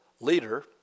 leader